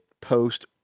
post